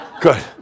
Good